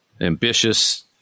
ambitious